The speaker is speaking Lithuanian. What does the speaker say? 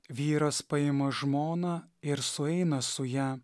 vyras paima žmoną ir sueina su ja